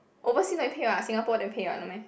oversea no need pay [what] Singapore then pay [what] no meh